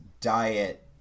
diet